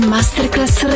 Masterclass